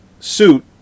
suit